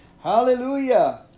hallelujah